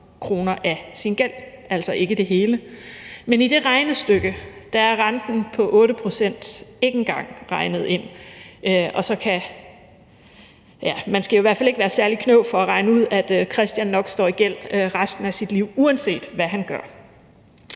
kr. af sin gæld, altså ikke det hele. Men i det regnestykke er renten på 8 pct. ikke engang regnet ind, og så skal man i hvert fald ikke være særlig klog for at regne ud, at Christian nok står i gæld resten af sit liv, uanset hvad han gør.